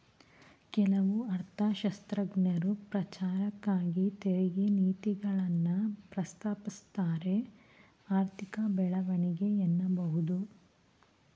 ಕೆಲವು ಅರ್ಥಶಾಸ್ತ್ರಜ್ಞರು ಪ್ರಚಾರಕ್ಕಾಗಿ ತೆರಿಗೆ ನೀತಿಗಳನ್ನ ಪ್ರಸ್ತಾಪಿಸುತ್ತಾರೆಆರ್ಥಿಕ ಬೆಳವಣಿಗೆ ಎನ್ನಬಹುದು